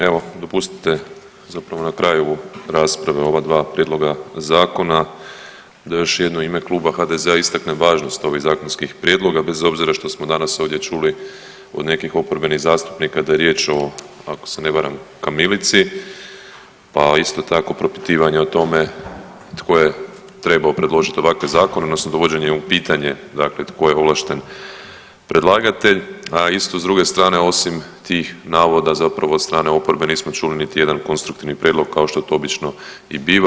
Evo dopustite zapravo na kraju rasprave o ova dva prijedloga zakona da još jednom u ime Kluba HDZ-a istaknem važnost ovih zakonskih prijedloga bez obzira što smo danas ovdje čuli od nekih oporbenih zastupnika da je riječ o ako se ne varam kamilici, pa isto tako propitivanje o tome tko je trebao predložiti ovakve zakone odnosno dovođenje u pitanje dakle tko je ovlašten predlagatelj, a isto s druge strane osim tih navoda zapravo od strane oporbe nismo čuli niti jedan konstruktivni prijedlog kao što to obično i biva.